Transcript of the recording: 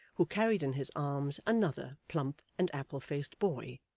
who carried in his arms another plump and apple-faced boy,